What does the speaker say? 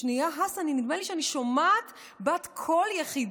שנייה, הס, נדמה לי שאני שומעת בת קול יחידה.